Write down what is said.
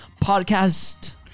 podcast